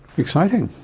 exciting.